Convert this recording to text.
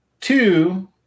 Two